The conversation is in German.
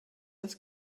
das